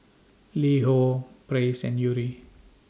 Li Ho Praise and Yuri